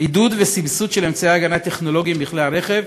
עידוד וסבסוד של אמצעי הגנה טכנולוגיים בכלי הרכב,